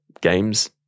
games